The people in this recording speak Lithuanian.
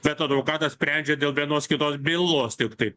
bet advokatas sprendžia dėl vienos kitos bylos tiktai